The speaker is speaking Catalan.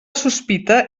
sospita